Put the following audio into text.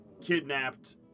kidnapped